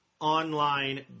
online